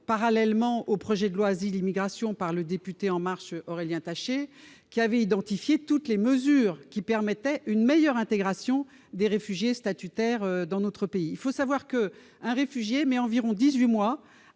parallèlement au projet de loi Asile et immigration par le député du groupe La République En Marche Aurélien Taché, qui avait identifié toutes les mesures permettant une meilleure intégration des réfugiés statutaires dans notre pays. Il faut le savoir, un réfugié met environ dix-huit